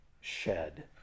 shed